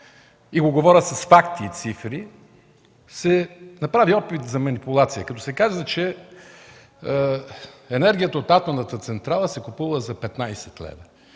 Говоря с факти и цифри. Току що се направи опит за манипулация, като се каза, че енергията от атомната централа се купува за 15 лв.,